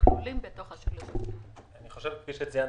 כפי שציינת,